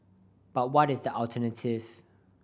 but what is the alternative